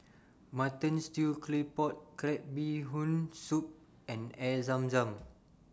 Mutton Stew Claypot Crab Bee Hoon Soup and Air Zam Zam